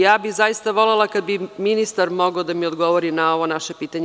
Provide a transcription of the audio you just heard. Ja bih zaista volela kada bi ministar mogao da mi odgovori na ovo naše pitanje.